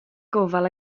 gofal